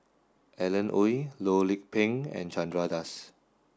Alan Oei Loh Lik Peng and Chandra Das